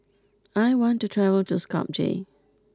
I want to travel to Skopje